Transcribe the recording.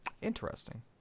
Interesting